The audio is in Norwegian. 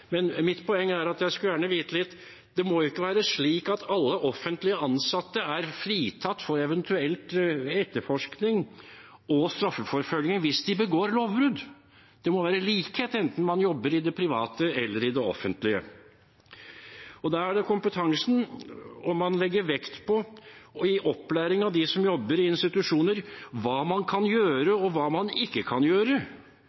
Mitt poeng er at det ikke må være slik at alle offentlig ansatte er fritatt for eventuell etterforskning og straffeforfølgning hvis de begår lovbrudd. Det må være likhet enten man jobber i det private eller i det offentlige. Da trengs det kompetanse og at man i opplæringen av dem som jobber i institusjoner, legger vekt på hva man kan gjøre, og hva man ikke kan gjøre, og i tillegg på hva